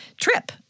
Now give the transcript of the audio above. trip